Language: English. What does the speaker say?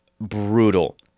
brutal